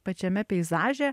pačiame peizaže